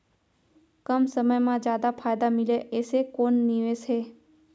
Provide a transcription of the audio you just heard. कम समय मा जादा फायदा मिलए ऐसे कोन निवेश हे?